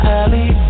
alley